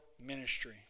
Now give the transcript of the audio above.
ministry